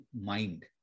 mind